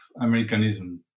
Americanism